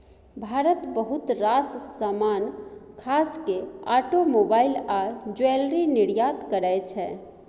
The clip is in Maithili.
भारत बहुत रास समान खास केँ आटोमोबाइल आ ज्वैलरी निर्यात करय छै